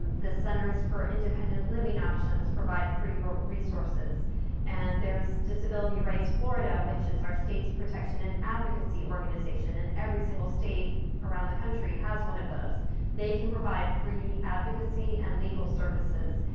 ah the centers for independent living options provide free resources and there's disability rights florida which is our state's protection and advocacy organization and every single state around the country has one of those they can provide free advocacy and legal services,